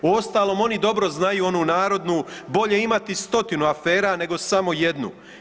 Uostalom oni dobro znaju onu narodnu „bolje imati stotinu afera nego samo jednu“